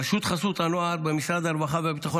רשות חסות הנוער במשרד הרווחה והביטחון